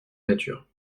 nature